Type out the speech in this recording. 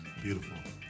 Beautiful